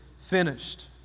finished